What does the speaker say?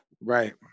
Right